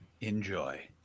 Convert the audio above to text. enjoy